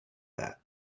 that